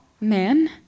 Man